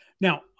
now